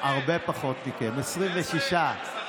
נתניהו,